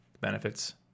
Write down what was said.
benefits